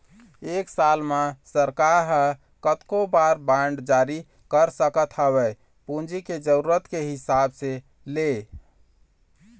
एक साल म सरकार ह कतको बार बांड जारी कर सकत हवय पूंजी के जरुरत के हिसाब ले